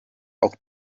auch